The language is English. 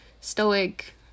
stoic